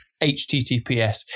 HTTPS